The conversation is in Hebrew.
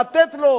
לתת לו,